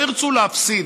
לא ירצו להפסיד,